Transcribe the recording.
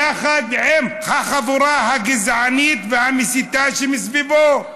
יחד עם החבורה הגזענית והמסיתה שמסביבו.